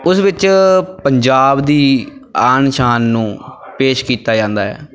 ਉਸ ਵਿੱਚ ਪੰਜਾਬ ਦੀ ਆਨ ਸ਼ਾਨ ਨੂੰ ਪੇਸ਼ ਕੀਤਾ ਜਾਂਦਾ ਹੈ